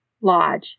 Lodge